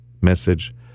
Message